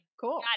cool